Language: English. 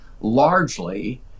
largely